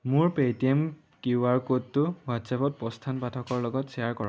মোৰ Paytm Q R ক'ডটো হোৱাট্ছএপত প্ৰস্থান পাঠকৰ লগত শ্বেয়াৰ কৰক